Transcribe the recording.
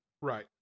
Right